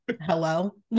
hello